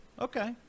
okay